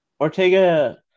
Ortega